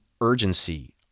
urgency